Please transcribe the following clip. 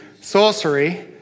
sorcery